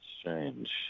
Strange